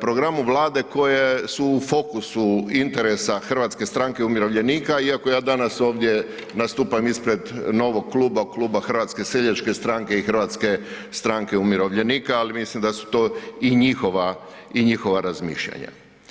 programu Vlade koja su u fokusu interesa Hrvatske stranke umirovljenika iako ja danas ovdje nastupam ispred novog kluba, Kluba Hrvatske seljačke stranke i Hrvatske stranke umirovljenika, ali mislim da su to i njihova i njihova razmišljanja.